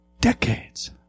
decades